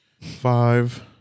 five